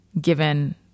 given